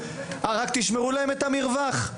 רק תשמרו להם את המרווח.